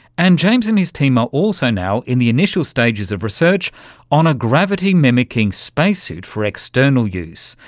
and james and his team are also now in the initial stages of research on a gravity-mimicking space suit for external use,